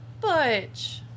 Butch